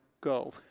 go